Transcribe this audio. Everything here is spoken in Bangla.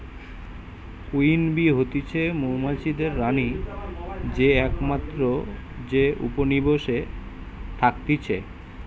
কুইন বী হতিছে মৌমাছিদের রানী যে একমাত্র যে উপনিবেশে থাকতিছে